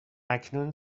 اکنون